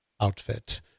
outfit